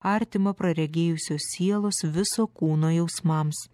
artimą praregėjusio sielos viso kūno jausmams